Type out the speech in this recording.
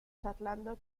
charlando